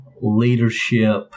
leadership